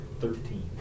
Thirteen